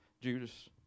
Judas